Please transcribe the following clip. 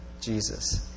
Jesus